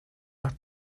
nach